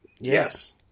Yes